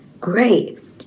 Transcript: Great